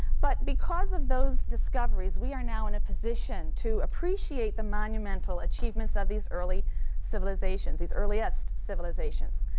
but because of those discoveries, we are now in a position to appreciate the monumental achievements of these early civilizations, these earliest civilizations.